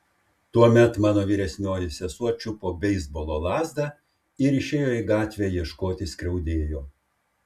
tuomet mano vyresnioji sesuo čiupo beisbolo lazdą ir išėjo į gatvę ieškoti skriaudėjo